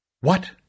What